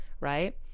right